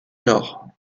nord